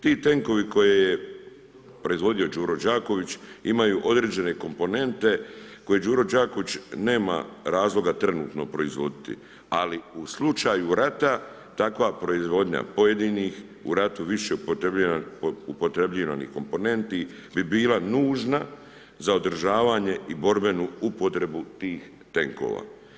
Ti tenkovi koje je proizvodio Đuro Đaković imaju određene komponente koje Đuro Đaković nema razloga trenutno proizvoditi ali u slučaju rata takva proizvodnja pojedinih, u ratu više upotrjebljavanih komponenti bi bila nužna za održavanje i borbenu upotrebu tih tenkova.